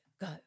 go